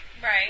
Right